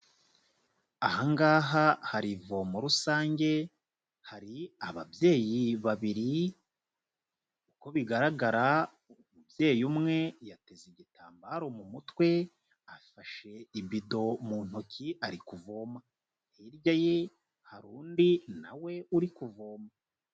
Aha ngaha hari ivomo rusange, hari ababyeyi babiri, uko bigaragara umubyeyi umwe yateze igitambaro mu mutwe, afashe ibido mu ntoki ari kuvoma, hirya ye hari undi nawe uri kuvoma.